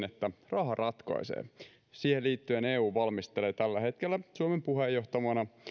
että raha ratkaisee siihen liittyen eu valmistelee tällä hetkellä suomen puheenjohtajamaana